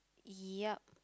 yup